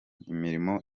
imirimo